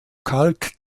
kalk